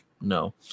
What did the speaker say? No